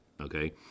okay